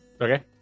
Okay